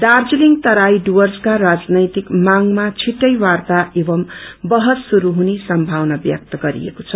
दार्जीलिङ तराई डुवर्सका राजनैतिक मागमा छिट्टै वार्ता एवं वहस शुरू हुने सम्मावना व्यक्त गरिएको छ